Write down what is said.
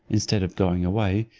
instead of going away,